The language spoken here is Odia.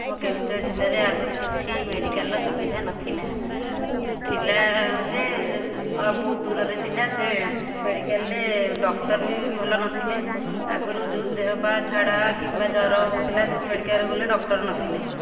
ଆମ କେଉଁଝର ଜିଲ୍ଲାରେ ଆଗରୁ କିଛି ମେଡ଼ିକାଲ୍ର ସୁବିଧା ନଥିଲା ଥିଲା ଯେ ବହୁତୁ ଦୂରରେ ଥିଲା ସେ ମେଡ଼ିକାଲ୍ରେ ଡ଼କ୍ଟର୍ ବି ଭଲ ନଥିଲେ ଆଗରୁ ଯେଉଁ ଦେହପା ଝାଡ଼ା କିମ୍ବା ଜ୍ଵର ହେଉଥିଲା ସେ ମେଡ଼ିକାଲ୍କୁ ଗଲେ ଡ଼କ୍ଟର୍ ନଥିଲେ